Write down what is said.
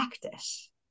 practice